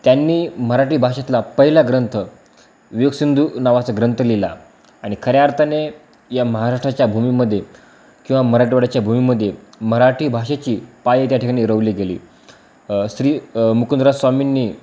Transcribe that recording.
त्यांनी मराठी भाषेतला पहिला ग्रंथ विवेक सिंधू नावाचा ग्रंथ लिहिला आणि खऱ्या अर्थाने या महाराष्ट्राच्या भूमीमध्ये किंवा मराठवाड्याच्या भूमीमध्ये मराठी भाषेची पाय त्या ठिकाणी रोवली गेली श्री मुकुंदराज स्वामींनी